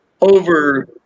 over